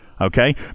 Okay